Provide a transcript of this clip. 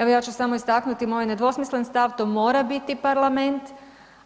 Evo ja ću samo istaknuti, moj je nedvosmislen stav, to mora biti parlament,